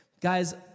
Guys